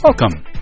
Welcome